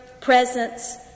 presence